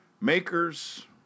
makers